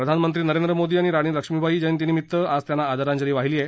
प्रधानमंत्री नरेंद्र मोदी यांनी राणी लक्ष्मीबाई जयंतीनिमित्त आज त्यांना आदरांजली वाहिली आहे